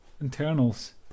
internals